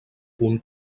punt